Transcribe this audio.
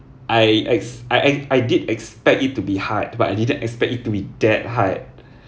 I ex~ I act I did expect it to be hard but I didn't expect it to be that hard